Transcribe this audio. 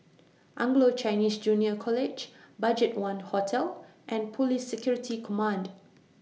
Anglo Chinese Junior College BudgetOne Hotel and Police Security Command